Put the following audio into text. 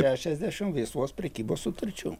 šešiasdešim laisvos prekybos sutarčių